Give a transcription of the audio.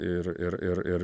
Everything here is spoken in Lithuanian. ir ir ir ir